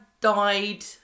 died